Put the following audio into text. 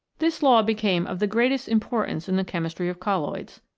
this law became of the greatest importance in the chemistry of colloids.